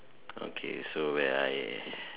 okay so where I